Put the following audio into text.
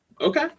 Okay